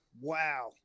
Wow